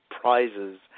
prizes